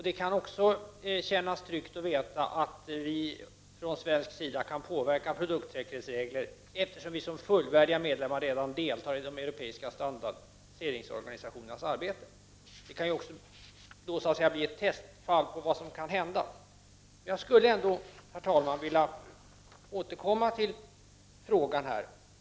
Det kan också kännas tryggt att veta att vi från svensk sida kan påverka produktsäkerhetsregler eftersom vi som fullvärdiga medlemmar redan deltar i de europeiska standardiseringsorganisationernas arbete. Vi kan så att säga bli ett testfall på vad som kan hända. Men jag skulle ändå vilja återkomma till frågan.